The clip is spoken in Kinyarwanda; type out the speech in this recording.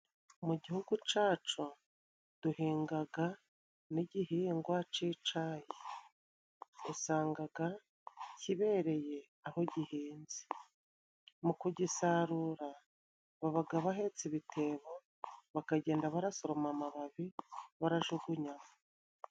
Mu gihugu cacu duhingaga n'igihingwa c'icayi. Usangaga kibereye aho gihinze. Mu kugisarura babaga bahetse ibitebo, bakagenda barasoroma amababi barajugunyamo.